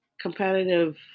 competitive